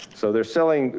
so they're selling,